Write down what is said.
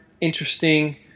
interesting